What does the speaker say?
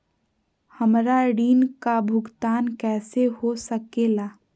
हमरा ऋण का भुगतान कैसे हो सके ला?